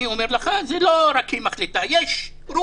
אני אומר לך, לא רק היא מחליטה, יש רוח.